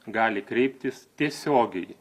gali kreiptis tiesiogiai